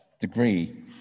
degree